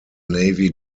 navy